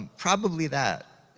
and probably that.